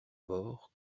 bord